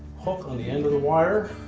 hook on the end of the wire,